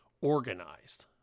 organized